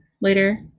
later